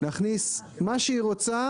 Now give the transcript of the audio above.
המקומית להכניס מה שהיא רוצה,